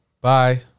Bye